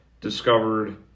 discovered